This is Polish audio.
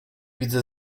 widzę